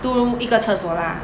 two room 一个厕所 lah